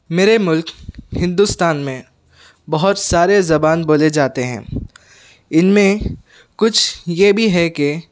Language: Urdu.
میرے ملک ہندوستان میں بہت سارے زبان بولے جاتے ہیں ان میں کچھ یہ بھی ہے کہ